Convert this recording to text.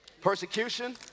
persecution